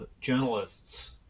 journalists